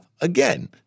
again